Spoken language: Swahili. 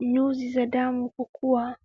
nyuzi za damu kukuwa.